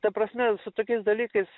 ta prasme su tokiais dalykais